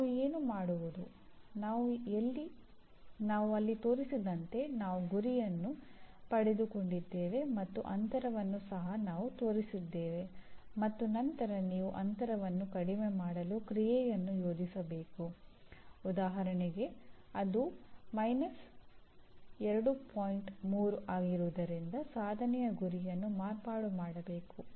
ಮತ್ತು ಇವುಗಳನ್ನು ಸಾಮಾನ್ಯವಾಗಿ ಇಲಾಖೆಯ ಸಲಹಾ ಮಂಡಳಿ ಅಥವಾ ಅಧ್ಯಯನ ಮಂಡಳಿಯು ಗುರುತಿಸುತ್ತದೆ ಮತ್ತು ಈ ಅಧ್ಯಯನ ಮಂಡಳಿಯು ಕಾರ್ಯಕ್ರಮದ ಪ್ರೋಗ್ರಾಮ್ ನಿರ್ದಿಷ್ಟ ಪರಿಣಾಮಗಳನ್ನು ಗುರುತಿಸುತ್ತದೆ